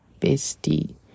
bestie